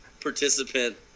participant